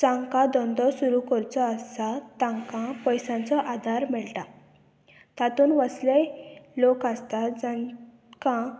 जांकां धंदो सुरू करचो आसा तांकां पयसांचो आदार मेळटा तातूंत वसलेय लोक आसतात जांकां